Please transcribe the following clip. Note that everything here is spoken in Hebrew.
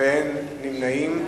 ואין נמנעים.